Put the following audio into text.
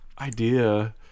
idea